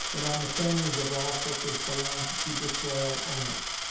and on the families of all such as belonged to disloyal owners.